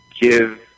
give